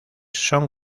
son